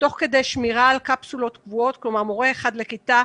תוך כדי: שמירה על קפסולות קבועות כלומר מורה אחד לכיתה,